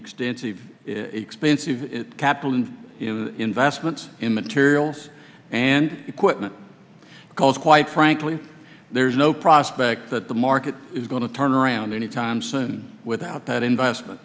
extensive expensive capital and investments in materials and equipment because quite frankly there's no prospect that the market is going to turn around anytime soon without that investment